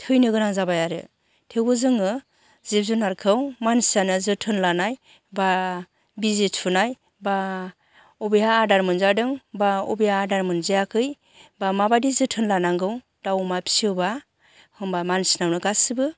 थैनो गोनां जाबाय आरो थेवबो जोङो जिब जुनारखौ मानसियानो जोथोन लानाय बा बिजि थुनाय बा अबेहा आदार मोनजादों बा अबेया आदार मोनजायाखै बा माबादि जोथोन लानांगौ दाउ अमा फिसियोबा होमबा मानसिनावनो गासिबो